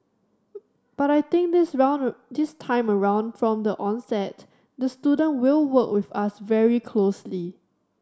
but I think this around this time around from the onset the student will work with us very closely